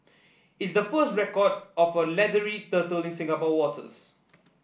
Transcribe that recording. it's the first record of a leathery turtle in Singapore waters